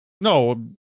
no